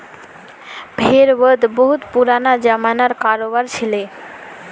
भेड़ वध बहुत पुराना ज़मानार करोबार छिके